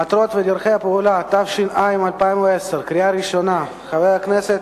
(מטרות ודרכי פעולה), התש"ע 2010, של חבר הכנסת